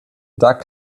doug